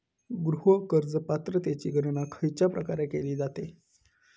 गृह कर्ज पात्रतेची गणना खयच्या प्रकारे केली जाते?